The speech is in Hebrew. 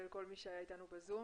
ולכל מי שהיה אתנו ב-זום.